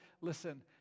listen